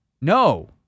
No